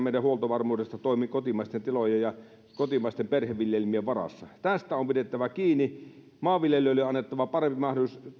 meidän huoltovarmuudesta toimii kotimaisten tilojen ja kotimaisten perheviljelmien varassa tästä on pidettävä kiinni maanviljelijöille on annettava parempi mahdollisuus